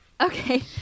Okay